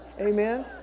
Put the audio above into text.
Amen